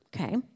Okay